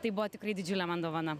tai buvo tikrai didžiulė man dovana